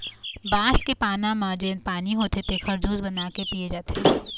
बांस के पाना म जेन पानी होथे तेखर जूस बना के पिए जाथे